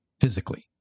physically